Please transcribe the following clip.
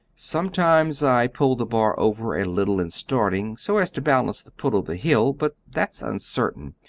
sometimes i pull the bar over a little in starting, so as to balance the pull of the hill but that's uncertain.